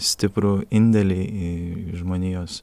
stiprų indėlį į į žmonijos